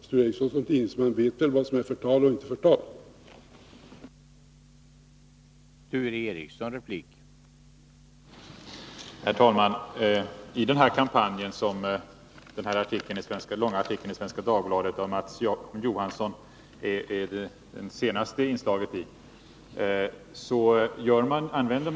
Sture Ericson vet väl som tidningsman vad som är förtal och vad som inte är förtal.